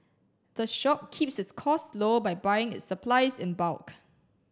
the shop keeps its costs low by buying its supplies in bulk